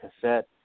cassette